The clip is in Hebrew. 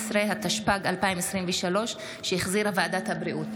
15), התשפ"ג 2023, שהחזירה ועדת הבריאות.